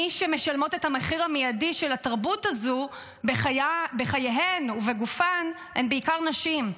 מי שמשלמות את המחיר המיידי של התרבות הזו בחייהן ובגופן הן בעיקר נשים.